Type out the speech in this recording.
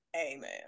Amen